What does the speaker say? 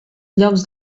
llocs